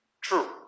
true